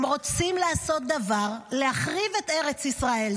הם רוצים לעשות דבר, להחריב את ארץ ישראל.